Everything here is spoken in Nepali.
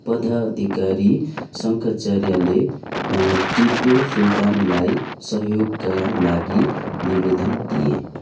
पदाधिकारी शङ्कराचार्यले टिपु सुल्तानलाई सहयोगका लागि निवेदन दिए